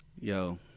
Yo